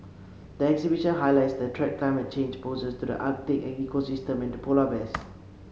the exhibition highlights the threat climate change poses to the Arctic ecosystems and polar bears